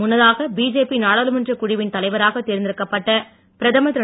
முன்னதாக பிஜேபி நாடாளுமன்றக் குழுவின் தலைவராகத் தேர்ந்தெடுக்கப் பட்ட பிரதமர் திரு